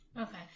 Okay